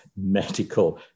medical